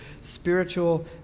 spiritual